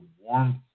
warmth